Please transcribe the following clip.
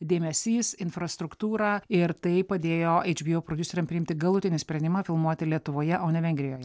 dėmesys infrastruktūra ir tai padėjo eičbieu prodiuseriam priimti galutinį sprendimą filmuoti lietuvoje o ne vengrijoje